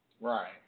Right